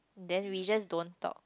then we just don't talk